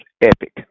epic